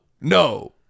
no